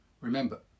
remember